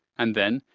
and then,